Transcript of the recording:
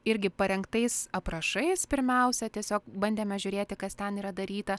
irgi parengtais aprašais pirmiausia tiesiog bandėme žiūrėti kas ten yra daryta